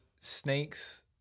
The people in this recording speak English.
snakes